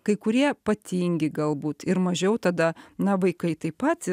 kai kurie patingi galbūt ir mažiau tada na vaikai taip pat